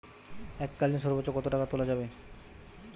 এককালীন সর্বোচ্চ কত টাকা তোলা যাবে?